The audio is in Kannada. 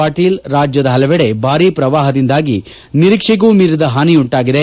ಪಾಟೀಲ್ ರಾಜ್ಯದ ಹಲವೆಡೆ ಭಾರೀ ಪ್ರವಾಹದಿಂದಾಗಿ ನಿರೀಕ್ಷೆಗೂ ಮೀರಿದ ಹಾನಿ ಉಂಟಾಗಿದೆ